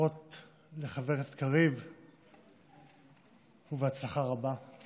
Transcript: ברכות לחבר הכנסת קריב ובהצלחה רבה.